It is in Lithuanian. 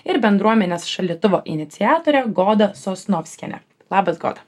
ir bendruomenės šaldytuvo iniciatore goda sosnovskienė labas goda